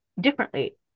differently